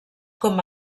com